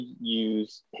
use